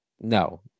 No